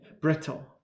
Brittle